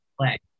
play